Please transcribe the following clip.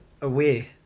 away